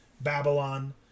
Babylon